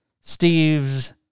Steve's